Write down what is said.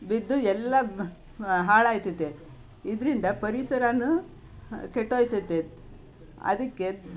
ಬಿದ್ದು ಎಲ್ಲ ಹಾಳಾಗ್ತದೆ ಇದರಿಂದ ಪರಿಸರವೂ ಕೆಟ್ಟೋಗ್ತದೆ ಅದಕ್ಕೆ